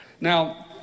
Now